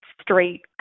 straight